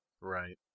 Right